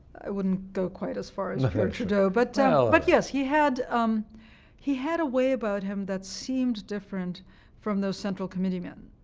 i wouldn't go quite as far as pierre trudeau, but but yes, he had um he had a way about him that seemed different from those central committee men.